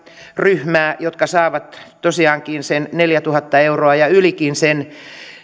ryhmää jotka saavat tosiaankin sen neljätuhatta euroa ja ylikin